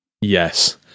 Yes